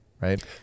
right